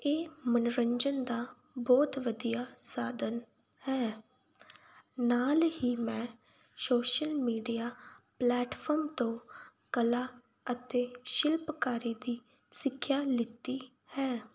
ਇਹ ਮਨੋਰੰਜਨ ਦਾ ਬਹੁਤ ਵਧੀਆ ਸਾਧਨ ਹੈ ਨਾਲ ਹੀ ਮੈਂ ਸ਼ੋਸ਼ਲ ਮੀਡੀਆ ਪਲੈਟਫਾਰਮ ਤੋਂ ਕਲਾ ਅਤੇ ਸ਼ਿਲਪਕਾਰੀ ਦੀ ਸਿੱਖਿਆ ਲਿੱਤੀ ਹੈ